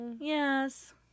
yes